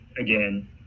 again